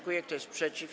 Kto jest przeciw?